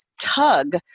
tug